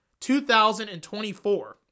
2024